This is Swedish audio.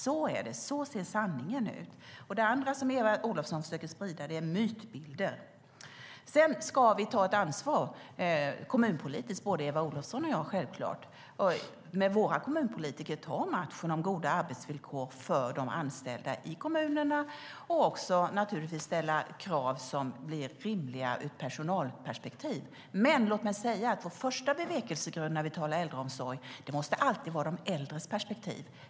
Så är det; så ser sanningen ut. Det andra som Eva Olofsson försöker sprida är mytbilder. Både Eva Olofsson och jag ska självklart ta ansvar kommunpolitiskt och ta matchen med våra kommunpolitiker om goda arbetsvillkor för de anställda i kommunerna och också ställa krav som blir rimliga ur ett personalperspektiv. Men låt mig säga att vår första bevekelsegrund när vi talar om äldreomsorg alltid måste vara de äldres perspektiv.